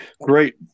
Great